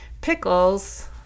pickles